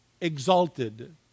exalted